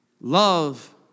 Love